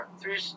three